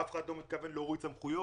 אף אחד לא מתכוון להוריד סמכויות,